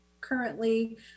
currently